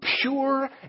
pure